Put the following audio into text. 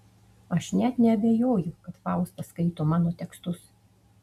aš net neabejoju kad fausta skaito mano tekstus